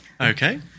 Okay